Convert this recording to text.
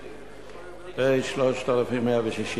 פ/3160.